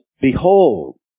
Behold